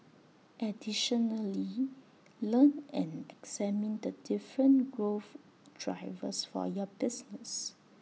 additionally learn and examine the different growth drivers for your business